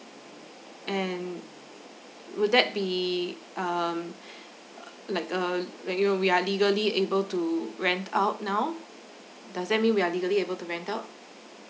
and would that be um like uh like you know we are legally able to rent out now does that mean we are legally able to rent out